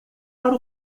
para